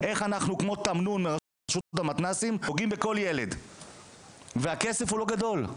איך אנחנו כמו תמנון ברשות המתנ"סים נוגעים בכל ילד והכסף הוא לא גדול,